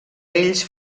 ells